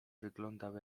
wyglądał